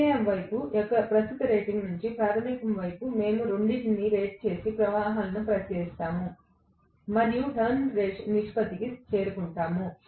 ద్వితీయ వైపు యొక్క ప్రస్తుత రేటింగ్ నుండి ప్రాధమిక వైపు వరకు మేము రెండింటిని రేట్ చేసిన ప్రవాహాలను పరిశీలిస్తాము మరియు తరువాత టర్న్స్ నిష్పత్తి సంఖ్యకు చేరుకుంటాము